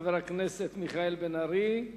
חבר הכנסת מיכאל בן-ארי,